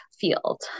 field